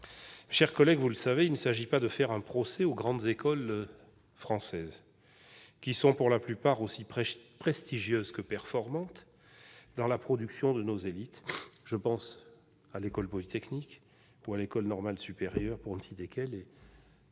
Mes chers collègues, vous le savez, il ne s'agit pas de faire un procès aux grandes écoles françaises, qui sont pour la plupart aussi prestigieuses que performantes dans la production de nos élites- je pense à l'École polytechnique ou à l'École normale supérieure, pour ne citer qu'elles.